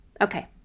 Okay